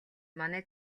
манай